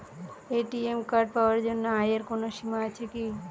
ATM card পাওয়ার জন্য আয়ের কোনো সীমা আছে কি?